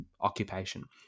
occupation